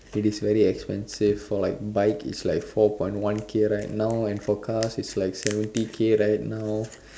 it is very expensive for like bike it's like four point one K right now and for cars it's like seventy K right now